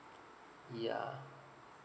yeah